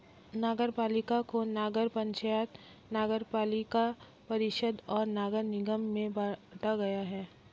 नगरपालिका को नगर पंचायत, नगरपालिका परिषद और नगर निगम में बांटा गया है